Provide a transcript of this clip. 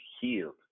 healed